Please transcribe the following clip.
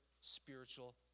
spiritual